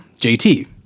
jt